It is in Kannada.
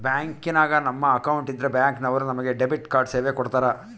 ಬ್ಯಾಂಕಿನಾಗ ನಮ್ಮ ಅಕೌಂಟ್ ಇದ್ರೆ ಬ್ಯಾಂಕ್ ನವರು ನಮಗೆ ಡೆಬಿಟ್ ಕಾರ್ಡ್ ಸೇವೆ ಕೊಡ್ತರ